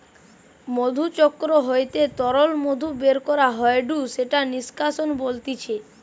মধুচক্র হইতে তরল মধু বের করা হয়ঢু সেটা মধু নিষ্কাশন বলতিছে